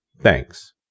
Thanks